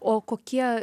o kokie